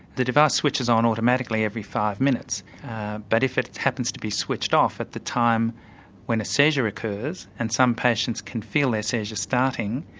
the device switches on automatically every five minutes but if it happens be switched off at the time when a seizure occurs and some patients can feel their seizures starting,